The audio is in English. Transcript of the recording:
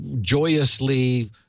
joyously